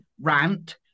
rant